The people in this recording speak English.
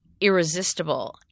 irresistible